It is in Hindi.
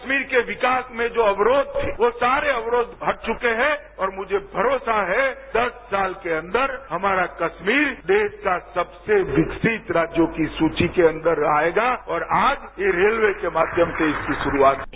कस्मीर के विकास में जो अवरोध थे वो सारे अवरोध हट चुके हैं और मुझे भरोसा है दस साल के अंदर हमारा कस्मीर देश का सबसे विकसित राज्यों की सूची के अंदर आयेगा और आज ये रेलवे के माध्यम से इसकी शुरूआत हुई है